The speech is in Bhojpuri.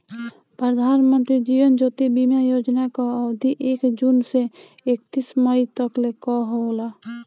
प्रधानमंत्री जीवन ज्योति बीमा योजना कअ अवधि एक जून से एकतीस मई तकले कअ होला